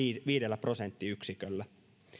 viidellä prosenttiyksiköllä